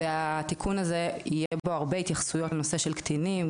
והתיקון הזה יהיה בו הרבה התייחסויות לנושא של קטינים,